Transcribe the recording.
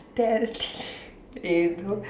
there eh bro